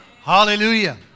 hallelujah